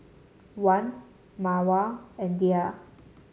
Wan Mawar and Dhia